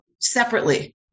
separately